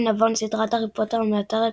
חיים נבון, סדרת הארי פוטר מתארת